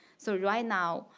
so right now,